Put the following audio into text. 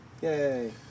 Yay